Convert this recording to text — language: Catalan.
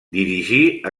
dirigí